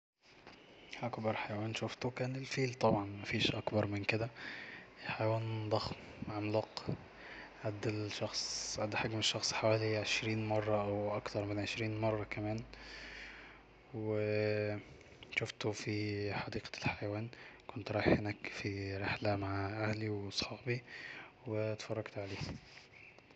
"اكبر حيوان شوفته كان الفيل طبعا مفيش اكبر من كده حيوان ضخم عملاق قد الشخص قد حجم الشخص عشرين مره او اكتر من عشرين مره كمان شوفته في حديقة الحيوان كنت رايح هناك في رحلة مع اهلي وصحابي واتفرجت عليه"